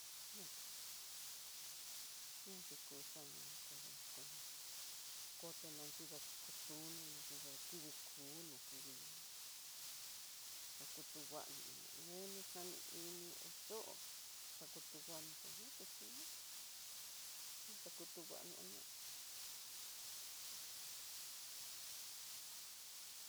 Ña ñadiku xanguano kada koto ñadido kutuno, nayido kingui kuno, kingui ñakutunguano ña'a, ngueno xaninini chó xakutunguano kuña kutuno no xakutunguano ña ujun.